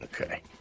Okay